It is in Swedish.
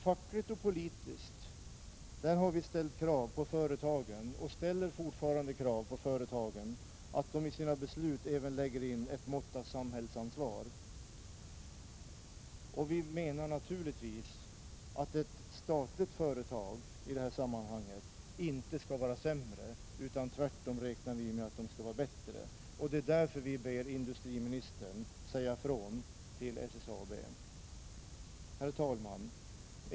Fackligt och politiskt har vi ställt och ställer fortfarande krav på företagen att de i sina beslut skall ta ett visst samhällsansvar. Vi menar naturligtvis att ett statligt företag i det här sammanhanget inte skall vara sämre — tvärtom räknar vi med att det skall vara bättre. Det är därför vi ber industriministern säga ifrån till SSAB. Herr talman!